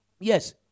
Yes